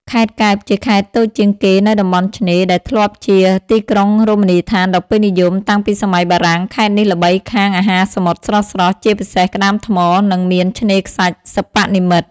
ខេត្តកែប ជាខេត្តតូចជាងគេនៅតំបន់ឆ្នេរ ដែលធ្លាប់ជាទីក្រុងរមណីយដ្ឋានដ៏ពេញនិយមតាំងពីសម័យបារាំង។ ខេត្តនេះល្បីខាង អាហារសមុទ្រស្រស់ៗ ជាពិសេសក្តាមថ្ម និងមានឆ្នេរខ្សាច់សិប្បនិមិត្ត។